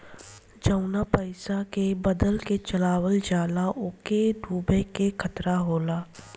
जवना पइसा के बदल के चलावल जाला ओके डूबे के खतरा होला